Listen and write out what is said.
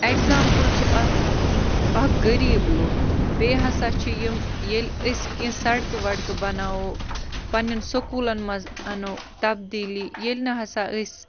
example چھِ اَتھ اَکھ غریٖب لُکھ بیٚیہِ ہسا چھِ یِم ییٚلہِ أسۍ کیٚنٛہہ سَڑکہٕ وَڑکہٕ بناوو پَنٛنٮ۪ن سکوٗلَن منٛز اَنو تَبدیٖلی ییٚلہِ نہٕ ہَسا أسۍ